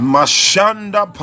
Mashanda